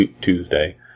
Tuesday